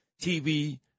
TV